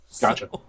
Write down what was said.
Gotcha